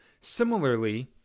Similarly